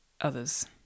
others